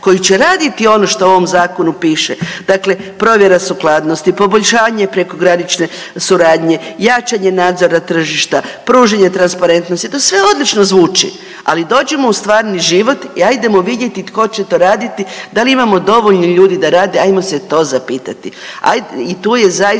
koji će raditi ono što u ovom Zakonu piše, dakle, provjera sukladnosti, poboljšavanje prekogranične suradnje, jačanje nadzora tržišta, pružanje transparentnosti, to sve odlično zvuči, ali dođimo u stvarni život i ajdemo vidjeti tko će to raditi, da li imamo dovoljno ljudi da rade, ajmo se to zapitati.